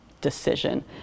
decision